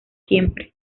siempre